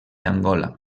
angola